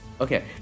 Okay